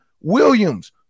Williams